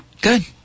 Good